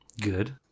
Good